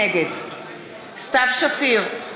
נגד סתיו שפיר,